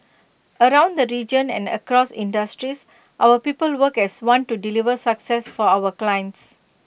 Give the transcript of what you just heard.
around the region and across industries our people work as one to deliver success for our clients